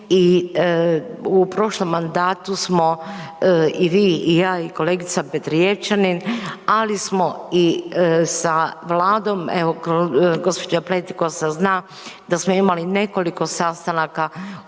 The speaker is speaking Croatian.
i u prošlom mandatu smo i vi i ja i kolegica Petrijevčanin, ali smo i sa vladom, evo gđa. Pletikosa zna da smo imali nekoliko sastanaka